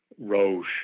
Roche